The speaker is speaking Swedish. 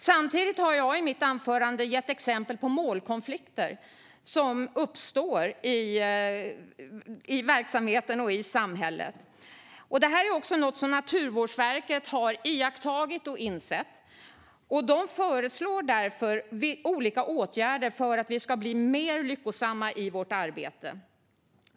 Sedan gav jag exempel på målkonflikter som kan uppstå i verksamheten och i samhället. Dessa målkonflikter är något som Naturvårdsverket har iakttagit och insett. Man föreslår därför olika åtgärder för att vi ska bli mer lyckosamma i vårt arbete.